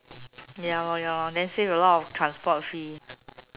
ya lor ya lor then save a lot of transport fee